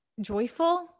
joyful